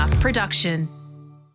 production